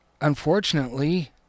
unfortunately